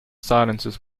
silences